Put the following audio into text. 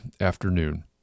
afternoon